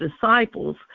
disciples